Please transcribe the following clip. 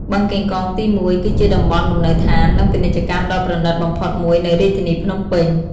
បឹងកេងកងទី១ គឺជាតំបន់លំនៅឋាន និងពាណិជ្ជកម្មដ៏ប្រណិតបំផុតមួយនៅរាជធានីភ្នំពេញ។